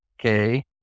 Okay